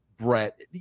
Brett